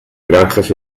granjas